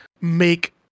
make